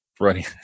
running